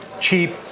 Cheap